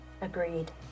agreed